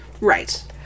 right